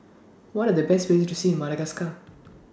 What Are The Best Places to See in Madagascar